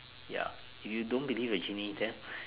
ya if you don't believe the genie then